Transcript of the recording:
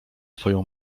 twoją